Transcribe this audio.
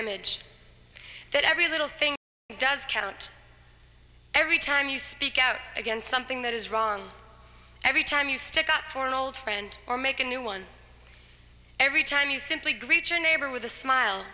image that every little thing does count every time you speak out against something that is wrong every time you stick up for an old friend or make a new one every time you simply